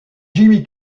jimmy